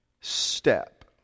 step